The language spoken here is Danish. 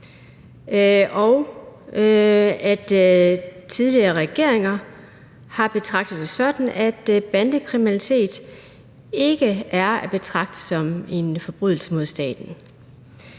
tidligere regeringer har betragtet det på den måde, at bandekriminalitet ikke er at betragte som en forbrydelse mod staten.